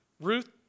Ruth